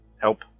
help